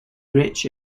rich